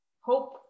hope